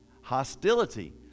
hostility